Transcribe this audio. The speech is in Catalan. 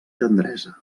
tendresa